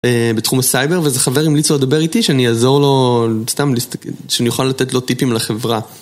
בתחום הסייבר וזה חבר המליצו לדבר איתי שאני אעזור לו, שאני יכול לתת לו טיפים לחברה.